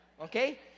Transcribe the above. okay